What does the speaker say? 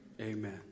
Amen